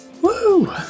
Woo